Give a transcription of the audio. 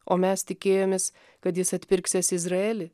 o mes tikėjomės kad jis atpirksiąs izraelį